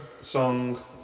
song